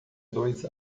dois